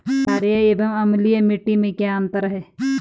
छारीय एवं अम्लीय मिट्टी में क्या अंतर है?